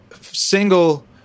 single